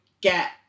get